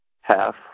half